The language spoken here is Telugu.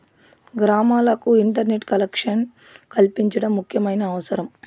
గ్రామాలకు ఇంటర్నెట్ కలెక్షన్ కల్పించడం ముఖ్యమైన అవసరం